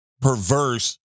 perverse